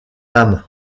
âme